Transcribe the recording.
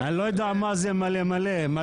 אני לא יודע מה זה מלא, מלא.